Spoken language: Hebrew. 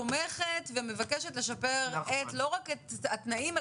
תומכת ומבקשת לשפר לא רק את התנאים,